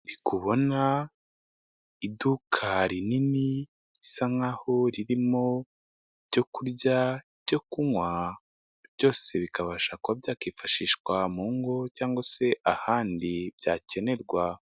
Ndi kubona iduka rinini risa nkaho ririmo ibyo kurya ibyo kunywa byose bikabasha kuba byakwifashishwa mu ngo cyangwa se ahandi byakenerwa.